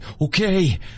okay